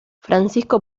francisco